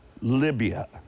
Libya